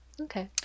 Okay